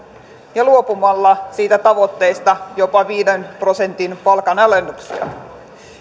ja luopumalla niistä tavoitteista jopa viiden prosentin palkanalennuksista